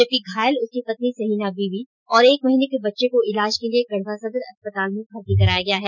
जबकि घायल उसकी पत्नी सहीना वीवी और एक महीने के बच्चे को इलाज के लिए गढवा सदर अस्पताल में भर्ती कराया गया है